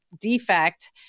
defect